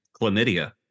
chlamydia